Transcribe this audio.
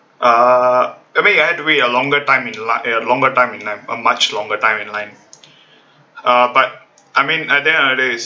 uh I mean I had to wait a longer time in line like a longer time in line a much longer time in line uh but I mean at the end of the day